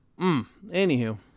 Anywho